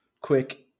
quick